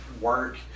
work